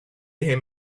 him